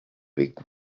bix